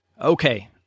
Okay